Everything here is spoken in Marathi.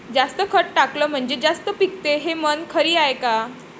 जास्त खत टाकलं म्हनजे जास्त पिकते हे म्हन खरी हाये का?